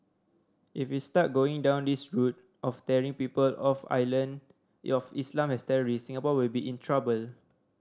if we start going down this route of tarring people of island Islam as terrorists Singapore will be in trouble